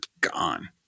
gone